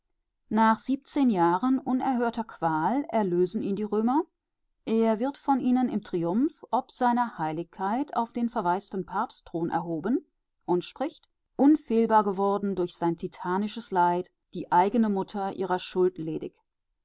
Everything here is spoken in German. nach siebzehn jahren unerhörter qual erlösen ihn die römer er wird von ihnen im triumph ob seiner heiligkeit auf den verwaisten papstthron erhoben und spricht unfehlbar geworden durch sein titanisches leid die eigene mutter ihrer schuld ledig